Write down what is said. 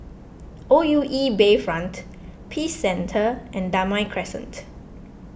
O U E Bayfront Peace Centre and Damai Crescent